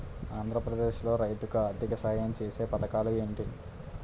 ఆంధ్రప్రదేశ్ లో రైతులు కి ఆర్థిక సాయం ఛేసే పథకాలు ఏంటి?